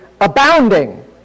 abounding